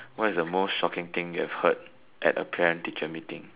what is the most shocking thing you have heard at a parent teacher meeting